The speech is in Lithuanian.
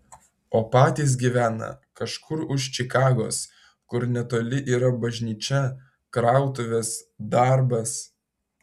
o patys gyvena kažkur už čikagos kur netoli yra bažnyčia krautuvės darbas